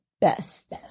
best